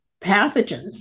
pathogens